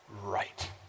right